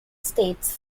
states